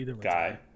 guy